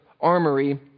armory